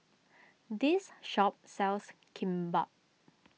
this shop sells Kimbap